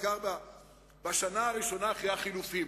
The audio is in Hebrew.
בעיקר בשנה הראשונה אחרי החילופין,